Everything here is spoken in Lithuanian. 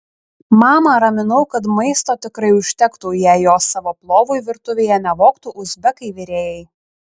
mamą raminau kad maisto tikrai užtektų jei jo savo plovui virtuvėje nevogtų uzbekai virėjai